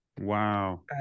Wow